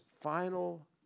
final